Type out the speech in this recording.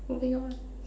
moving on